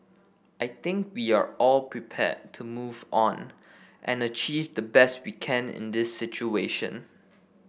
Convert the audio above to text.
I think we are all prepared to move on and achieve the best we can in this situation